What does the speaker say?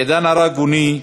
בעידן הרבגוני,